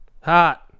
hot